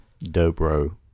Dobro